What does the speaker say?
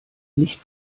nicht